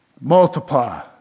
Multiply